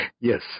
Yes